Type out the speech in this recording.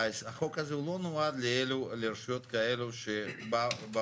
החוק הזה הוא לא נועד לרשויות כאלו שבאות